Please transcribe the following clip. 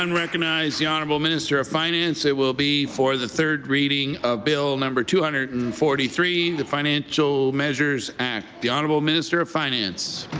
um recognize the honourable minister of finance, it will be for the third reading of bill number two hundred and forty three, and the financial measures act. the honourable minister of finance.